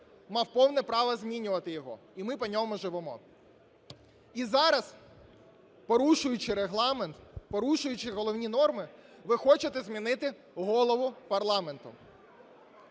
мав повне право змінювати його, і ми по ньому живемо. І зараз, порушуючи Регламент, порушуючи головні норми, ви хочете змінити Голову парламенту.